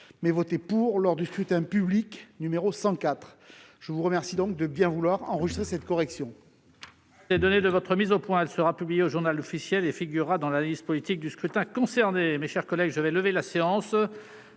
mais voter pour lors du scrutin public numéro 104 je vous remercie donc de bien vouloir enregistrer cette correction.